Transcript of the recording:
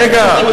רגע.